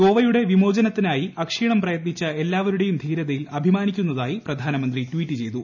ഗോവയുടെ വിമോചനത്തിനായി അക്ഷീണം പ്രയത്നിച്ച എല്ലാവരുടെയും ധീരതയിൽ അഭിമാനിക്കുന്നതായി പ്രധാനമന്ത്രി ട്വീറ്റ് ചെയ്തു